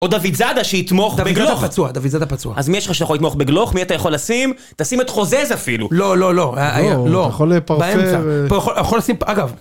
או דויד זאדה שיתמוך בגלוך. דויד זאדה פצוע, דויד זאדה פצוע. אז מי יש לך שיכול לתמוך בגלוך? מי אתה יכול לשים? תשים את חוזז אפילו. לא, לא, לא. לא, לא. יכול להיות פרסם. יכול, יכול לשים, אגב.